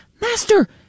Master